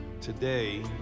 Today